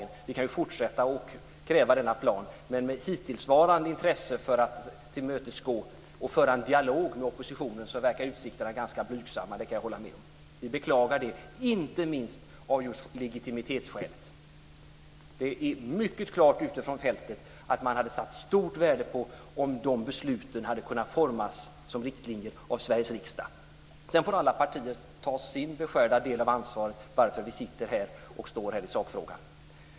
Vi kan fortsätta att kräva denna plan. Men med hittillsvarande intresse för att tillmötesgå och föra en dialog med oppositionen verkar utsikterna vara ganska blygsamma. Det kan jag hålla med om. Vi beklagar det inte minst av legitimitetsskäl. Det är mycket klart att man ute på fältet hade satt stort värde på om dessa beslut hade kunnat utformas som riktlinjer av Sveriges riksdag. Alla partier får ta sin beskärda del av ansvaret för var vi står i sakfrågan.